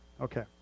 Okay